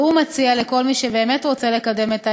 והוא מציע לכל מי שבאמת רוצה לקדם את העניין,